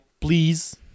please